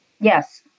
Yes